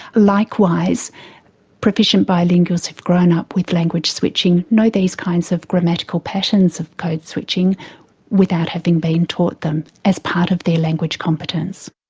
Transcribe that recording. likewise proficient bilinguals who've grown up with language switching know these kinds of grammatical patterns of code switching without having been taught them, as part of their language competence.